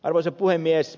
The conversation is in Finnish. arvoisa puhemies